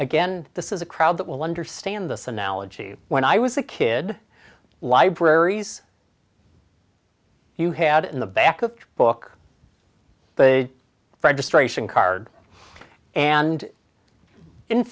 again this is a crowd that will understand this analogy when i was a kid libraries you had in the back of the book the registration card and in